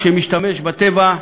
כשמשתמש בטבע,